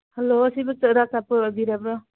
hello ꯁꯤꯕꯨ ꯆꯨꯔꯥꯆꯥꯟꯄꯨꯔ ꯑꯣꯏꯕꯤꯔꯕꯣ